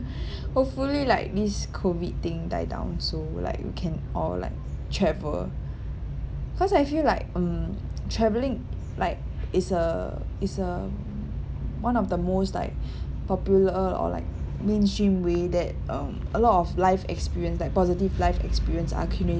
hopefully like this COVID thing die down so like we can all like travel cause I feel like um travelling like is a is a one of the most like popular or like mainstream way that um a lot of life experience like positive life experience are accumulated